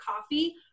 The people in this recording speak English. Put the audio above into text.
Coffee